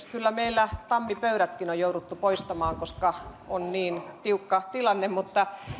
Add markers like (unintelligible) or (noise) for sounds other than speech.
(unintelligible) kyllä meillä tammipöydätkin on jouduttu poistamaan koska on niin tiukka tilanne mutta